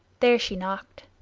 there she knocked.